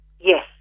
Yes